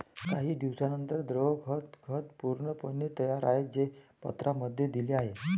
काही दिवसांनंतर, द्रव खत खत पूर्णपणे तयार आहे, जे पत्रांमध्ये दिले आहे